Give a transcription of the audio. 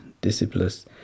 disciples